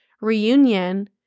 reunion